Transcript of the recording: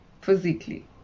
physically